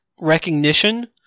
recognition